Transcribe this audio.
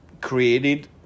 created